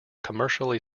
commercially